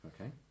Okay